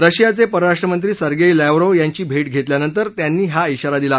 रशियाचे परराष्ट्रमंत्री सगेंई लॅवरोव यांची भेट घेतल्यानंतर त्यांनी हा श्राारा दिला